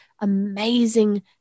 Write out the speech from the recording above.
amazing